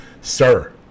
Sir